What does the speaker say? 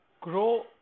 grow